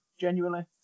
genuinely